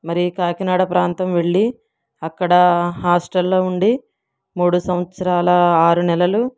మరి కాకినాడ ప్రాంతం వెళ్ళి అక్కడ హాస్టల్లో ఉండి మూడు సంవత్సరాల ఆరు నెలలు